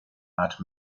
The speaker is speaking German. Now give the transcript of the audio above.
art